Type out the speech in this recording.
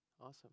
awesome